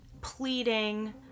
pleading